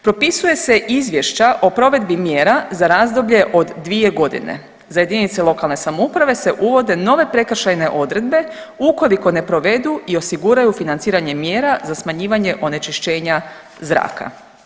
Propisuje se izvješća o provedbi mjera za razdoblje od dvije godine za jedinice lokalne samouprave se uvode nove prekršajne odredbe ukoliko ne provedu i osiguraju financiranje mjera za smanjivanje onečišćenja zraka.